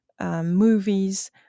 movies